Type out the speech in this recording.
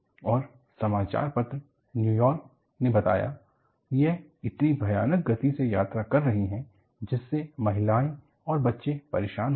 और समाचार पत्र न्यूयॉर्क ने बताया यह इतनी भयानक गति से यात्रा कर रही हैं जिससे महिलाएं और बच्चे परेशान होंगे